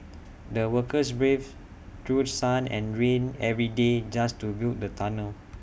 the workers braved through sun and rain every day just to build the tunnel